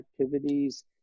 activities